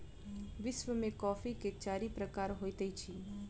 विश्व में कॉफ़ी के चारि प्रकार होइत अछि